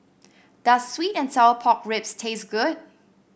does sweet and Sour Pork Ribs taste good